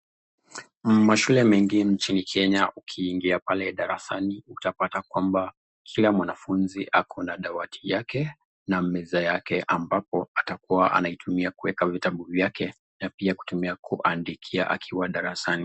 Mashule mengi nchini Kenya ukiingia pale darasani utapata kwamba kila mwanafunzi ako na dawati yake n meza yake ambapo atakuwa anatumia kuweka vitabu vyake na pia kutumia kuandikia akiwa darasani.